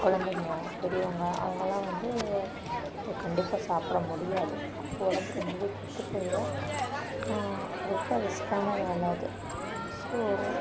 குழந்தைங்கள் பெரியவங்கள் அவங்கலாம் வந்து இதை கண்டிப்பாக சாப்பிட முடியாது உடம்பு ரொம்பவே கெட்டு போயிடும் ரொம்ப ரிஸ்க்கான வேலை அது ஸோ